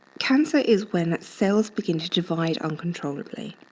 cancer is when cells begin to divide uncontrollably.